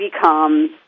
become